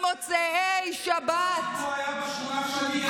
מאויבי ישראל לא הייתי מצפה לעשות את מה שאתם עשיתם בחצי שנה.